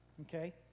Okay